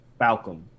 Falcom